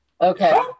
Okay